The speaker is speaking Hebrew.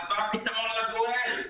אז בא פתרון לגואל.